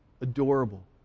adorable